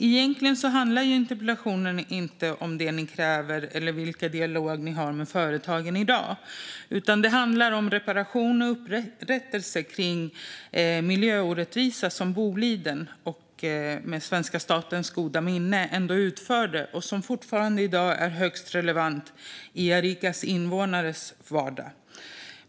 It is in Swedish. Egentligen handlar interpellationen inte om vad regeringen kräver eller den dialog regeringen har med företagen i dag, utan interpellationen handlar om reparation och upprättelse kring en miljöorättvisa som Boliden, med svenska statens goda minne, ändå utförde och som fortfarande i dag är högst relevant i vardagen för invånarna i Arica.